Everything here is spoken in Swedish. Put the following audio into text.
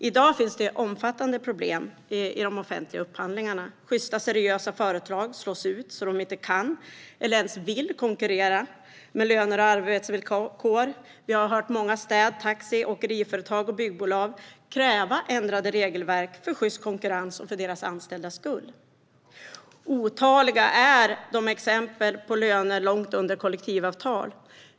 I dag finns det omfattande problem i de offentliga upphandlingarna. Sjysta seriösa företag slås ut. De kan eller vill inte ens konkurrera med löner och arbetsvillkor. Vi har hört många städ-, taxi och åkeriföretag och byggbolag kräva ändrade regelverk för sjyst konkurrens och för sina anställdas skull. Otaliga är de exempel på löner som ligger långt under kollektivavtal.